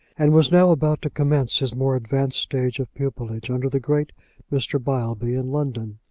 and was now about to commence his more advanced stage of pupilage, under the great mr. beilby in london,